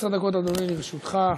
12 דקות, אדוני, לרשותך.